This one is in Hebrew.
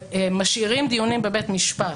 משאירים דיונים בבית משפט.